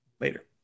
Later